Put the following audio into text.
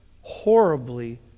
horribly